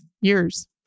years